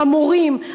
המורים,